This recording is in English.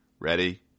Ready